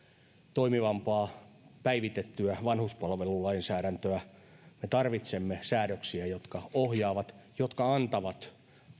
toimivampaa päivitettyä vanhuspalvelulainsäädäntöä me tarvitsemme säädöksiä jotka ohjaavat jotka antavat